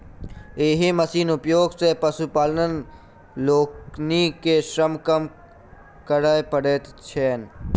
एहि मशीनक उपयोग सॅ पशुपालक लोकनि के श्रम कम करय पड़ैत छैन